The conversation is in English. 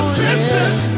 sisters